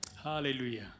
Hallelujah